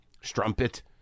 strumpet